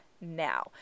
now